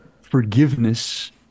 forgiveness